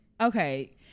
okay